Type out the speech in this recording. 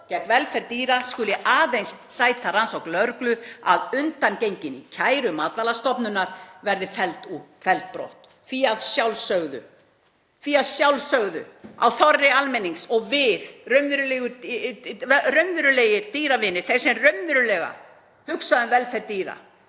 gegn velferð dýra skuli aðeins sæta rannsókn lögreglu að undangenginni kæru Matvælastofnunar, verði felld brott, því að að sjálfsögðu á þorri almennings og við, raunverulegir dýravinir, þeir sem raunverulega hugsa um velferð dýra,